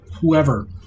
whoever